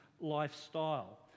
lifestyle